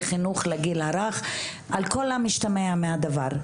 וחינוך לגיל הרך על כל המשתמע מהדבר.